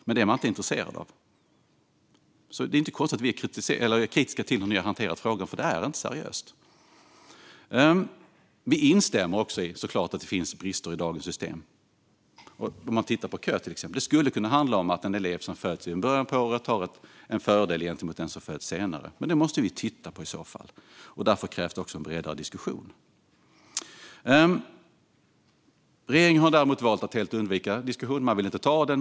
Men det är man inte intresserade av. Det är alltså inte konstigt att vi är kritiska till hur man har hanterat frågan. Det är inte seriöst. Vi instämmer såklart i att det finns brister i dagens system. När det gäller till exempel köerna skulle det kunna handla om att en elev som föds i början av året har en fördel gentemot den som föds senare. Det måste vi i så fall titta på. Därför krävs det en bredare diskussion. Regeringen har valt att helt undvika diskussion. Man vill inte ta den.